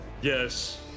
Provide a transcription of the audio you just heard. Yes